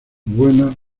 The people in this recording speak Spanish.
buena